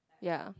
ya